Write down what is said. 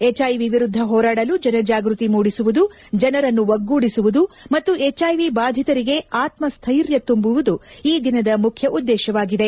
HIV ವಿರುದ್ಲ ಹೋರಾಡಲು ಜನಜಾಗೃತಿ ಮೂಡಿಸುವುದು ಜನರನ್ನು ಒಗ್ಗೂಡಿಸುವುದು ಮತ್ತು ಎಚ್ಐವಿ ಬಾಧಿತರಿಗೆ ಆತ್ಪಪ್ಟೆರ್ತ ತುಂಬುವುದು ಈ ದಿನದ ಮುಖ್ಯ ಉದ್ದೇಶವಾಗಿದೆ